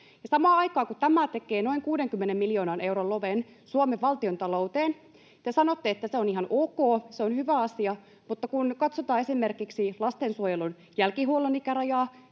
samaan aikaan, kun tämä tekee noin 60 miljoonan euron loven Suomen valtiontalouteen, te sanotte, että se on ihan ok, se on hyvä asia — mutta kun katsotaan esimerkiksi lastensuojelun jälkihuollon ikärajaa,